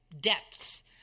depths